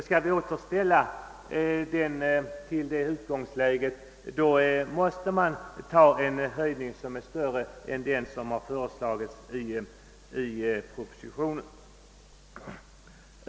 Skall vi återställa förhållandena till det utgångsläget måste vi få en större höjning än den som föreslagits i propositionen.